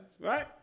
right